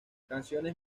canciones